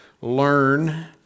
learn